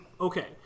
okay